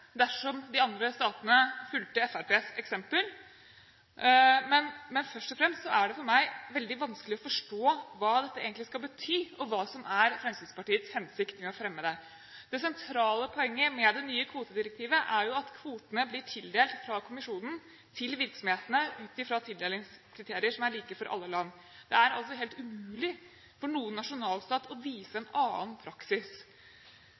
dersom de andre statene fulgte Fremskrittspartiets eksempel. Men først og fremst er det for meg veldig vanskelig å forstå hva dette egentlig skal bety, og hva som er Fremskrittspartiets hensikt med å fremme det. Det sentrale poenget med det nye kvotedirektivet er jo at kvotene blir tildelt fra kommisjonen til virksomhetene ut fra tildelingskriterier som er like for alle land. Det er helt umulig for noen nasjonalstat å vise en annen praksis.